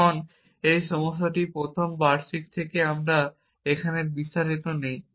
এখন এই সমস্যাটি প্রথম বার্ষিক থেকে আমরা এখানে বিস্তারিত নেই